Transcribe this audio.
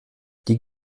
die